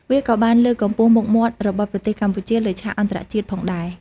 វាក៏បានលើកកម្ពស់មុខមាត់របស់ប្រទេសកម្ពុជាលើឆាកអន្តរជាតិផងដែរ។